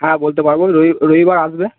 হ্যাঁ বলতে পারবো রবি রবিবার আসবে